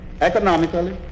economically